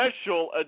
special